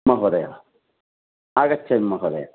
महोदय आगच्छन् महोदय